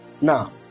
Now